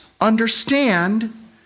understand